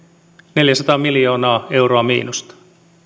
neljäsataa miljoonaa euroa miinusta